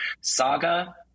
saga